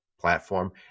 platform